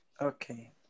Okay